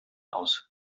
aus